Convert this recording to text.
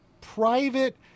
private